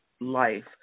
life